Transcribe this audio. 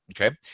Okay